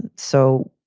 and so,